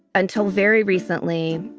until very recently,